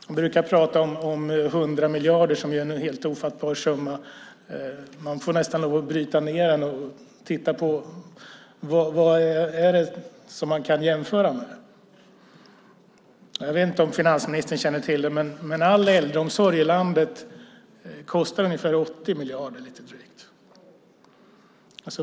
Man brukar prata om 100 miljarder. Det är en helt ofattbar summa. Man får bryta ned den och titta på vad man kan jämföra med. Jag vet inte om finansministern känner till det, men all äldreomsorg i landet kostar drygt 80 miljarder.